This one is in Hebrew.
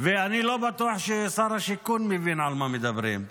ואני לא בטוח ששר השיכון מבין על מה מדברים.